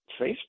Facebook